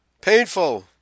painful